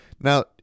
Now